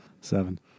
Seven